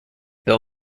bill